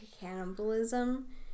cannibalism